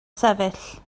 sefyll